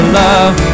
love